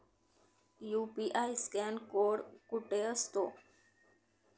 UPI scan code कुठे असतो?